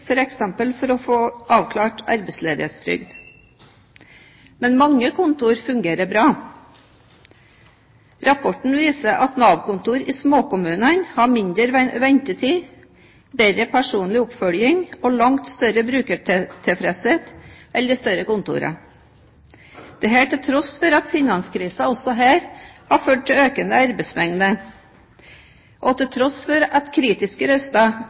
på f.eks. å få avklart arbeidsledighetstrygd, men mange kontorer fungerer bra. Rapporten viser at Nav-kontorer i småkommunene har mindre ventetid, bedre personlig oppfølging og langt større brukertilfredshet enn de større kontorene – dette til tross for at finanskrisen også her har ført til økende arbeidsmengde, og til tross for at kritiske